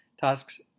tasks